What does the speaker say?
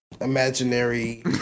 Imaginary